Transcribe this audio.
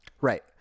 right